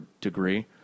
degree